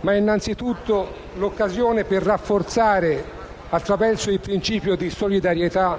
ma innanzitutto l'occasione per rafforzare, attraverso il principio di solidarietà,